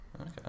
Okay